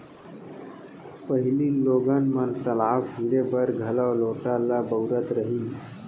पहिली लोगन मन तलाव फिरे बर घलौ लोटा ल बउरत रहिन